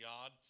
God